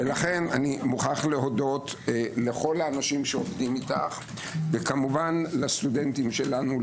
לכן אני מודה לכל האנשים שעובדים אתך וכמובן לסטודנטים שלנו,